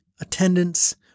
attendance